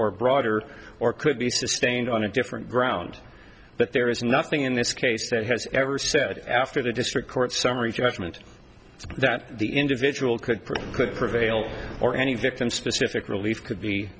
or broader or could be sustained on a different ground but there is nothing in this case that has ever said after the district court summary judgment that the individual could print could prevail or any victim specific relief could be